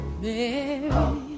Mary